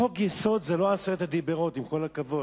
חוק-יסוד זה לא עשרת הדיברות, עם כל הכבוד.